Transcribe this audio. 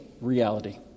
reality